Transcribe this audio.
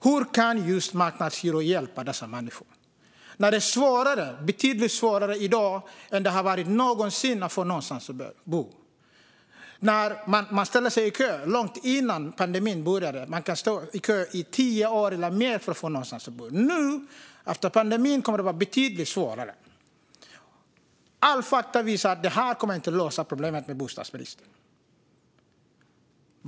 Hur kan just marknadshyror hjälpa dessa människor? Det är betydligt svårare i dag än vad det någonsin har varit att få någonstans att bo. Man ställde sig i kö långt innan pandemin började. Man kan stå i kö i tio år eller mer för att få någonstans att bo, och efter pandemin kommer det att vara betydligt svårare. Alla fakta visar att marknadshyror inte kommer att lösa problemet med bostadsbristen.